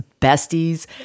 besties